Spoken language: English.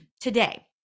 today